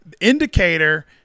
indicator